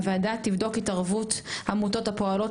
הוועדה תבדוק התערבות עמותות הפועלות